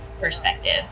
perspective